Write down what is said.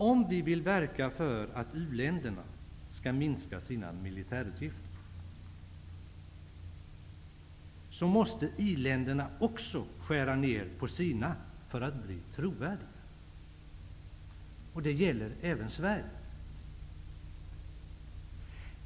Om vi vill verka för att u-länderna skall minska sina militärutgifter, måste också i-länderna, för att bli trovärdiga, skära ner på sina. Det gäller även Sverige.